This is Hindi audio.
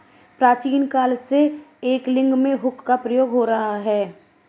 प्राचीन काल से एंगलिंग में हुक का प्रयोग हो रहा है